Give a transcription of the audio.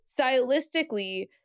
stylistically